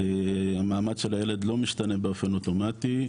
המעמד של הילד לא משתנה באופן אוטומטי.